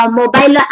mobile